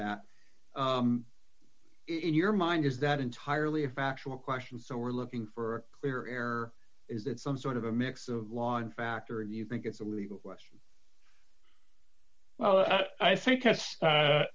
that in your mind is that entirely a factual question so we're looking for clear air is it some sort of a mix of law and factory do you think it's a legal question well i think that's